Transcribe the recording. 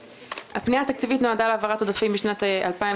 הפנייה התקציבית נועדה להעברת עודפים משנת התקציב